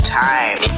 time